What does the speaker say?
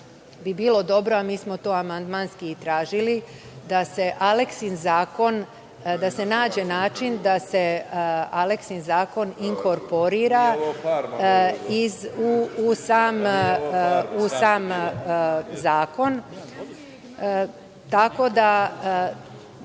bi bilo dobro, a mi smo to amandmanski i tražili, da se nađe način da se Aleksin zakon inkorporira u sam zakon tako da,